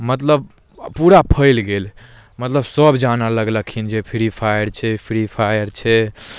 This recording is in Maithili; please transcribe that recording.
मतलब पूरा फैल गेल मतलब सभ जानऽ लगलखिन जे फ्री फायर छै फ्री फायर छै